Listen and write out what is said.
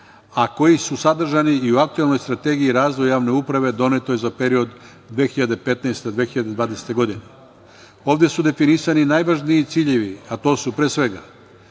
a koji su sadržani i u aktuelnoj Strategiji razvoja javne uprave donete za period od 2015. do 2020. godine. Ovde su definisani najvažniji ciljevi, a to su, pre svega